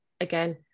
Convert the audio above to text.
again